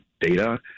data